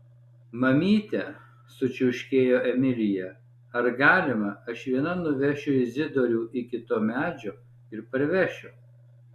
mamyte sučiauškėjo emilija ar galima aš viena nuvešiu izidorių iki to medžio ir parvešiu